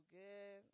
good